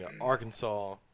Arkansas